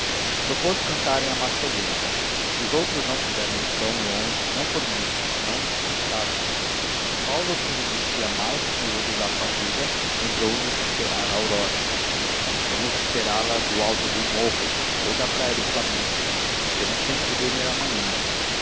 propôs cantarem a marselhesa os outros não quiseram ir tão longe não por medo senão de cansados paulo que resistia mais que eles à fadiga lembrou lhes esperar a aurora vamos esperá-la do alto de um morro ou da praia do flamengo teremos tempo de dormir amanhã